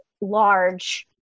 large